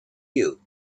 you